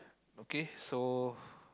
okay so